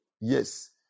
Yes